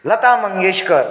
Lata Mangeshkar